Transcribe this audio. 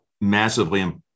massively